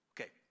Okay